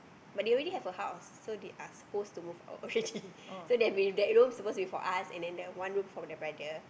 but they already have a house so they are supposed to move out already so that be that room is supposed to be for us and then the one room for the brother